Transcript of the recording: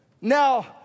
now